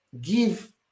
give